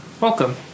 welcome